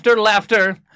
laughter